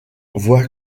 voit